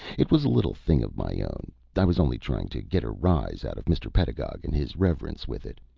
it was a little thing of my own. i was only trying to get a rise out of mr. pedagog and his reverence with it.